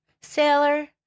sailor